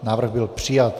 Návrh byl přijat.